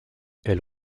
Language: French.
elle